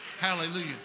hallelujah